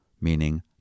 meaning